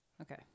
Okay